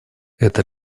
эта